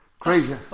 crazy